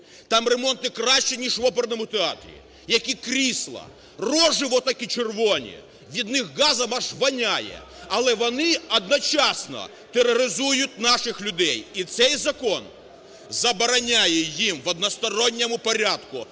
Там ремонти кращі, ніж в оперному театрі! Які крісла! Рожи от такі, червоні! Від них газом аж воняє! Але вони одночасно тероризують наших людей. І цей закон забороняє їм в односторонньому порядку